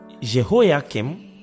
Jehoiakim